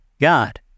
God